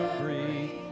breathe